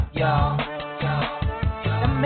y'all